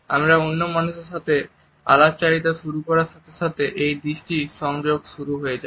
আমরা অন্য মানুষের সাথে আলাপচারিতা শুরু করার সাথে সাথে এই দৃষ্টি সংযোগ শুরু হয়ে যায়